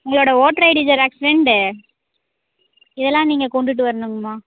உங்களோடய voter ID xerox ரெண்டு இதெல்லாம் நீங்கள் கொண்டுட்டு வரணுங்கம்மா